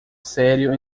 sério